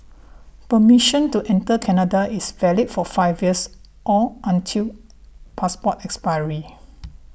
permission to enter Canada is valid for five years or until passport expiry